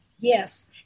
yes